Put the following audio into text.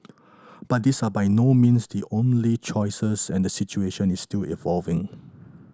but these are by no means the only choices and the situation is still evolving